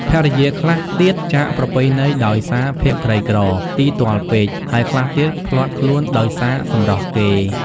ភរិយាខ្លះទៀតចាកប្រពៃណីដោយសារភាពក្រីក្រ ទីទ័លពេក ហើយខ្លះទៀតភ្លាត់ខ្លួនដោយសារសម្រស់គេ ។